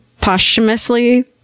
posthumously